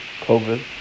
COVID